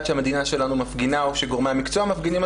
שהמדינה שלנו מפגינה או שגורמי המקצוע מפגינים,